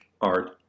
art